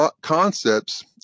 concepts